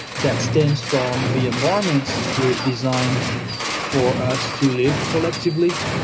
that stems from the environments we've designed for us to live collectively,